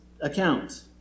account